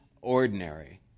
ordinary